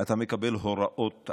אתה מקבל הוראות.